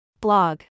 blog